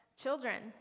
children